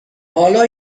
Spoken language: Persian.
حالا